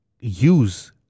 use